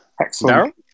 excellent